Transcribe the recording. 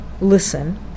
listen